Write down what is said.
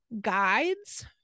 guides